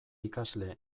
ikasle